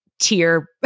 Tier